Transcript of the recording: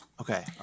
Okay